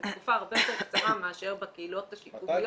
זו תקופה הרבה יותר קצרה מאשר בקהילות השיקומיות.